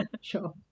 Sure